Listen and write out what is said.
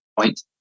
point